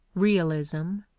realism,